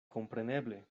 kompreneble